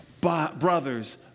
brothers